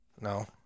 No